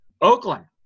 Oakland